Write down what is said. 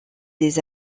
des